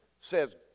says